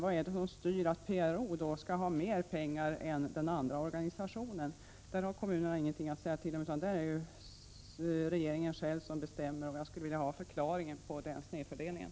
Varför skall PRO ha mer pengar än den andra organisationen? Här har ju kommunerna ingenting att säga till om utan regeringen bestämmer själv. Jag skulle vilja ha en förklaring beträffande snedfördelningen.